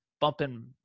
bumping